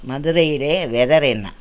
மதுரையிலே வெதர் என்ன